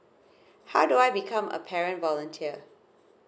how do I become a parent volunteer